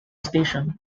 station